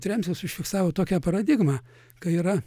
otrembskis užfiksavo tokią paradigmą kai yra